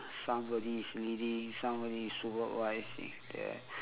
somebody is leading somebody is supervising yeah